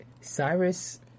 Cyrus